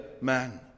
man